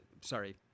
Sorry